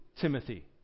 Timothy